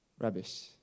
Rubbish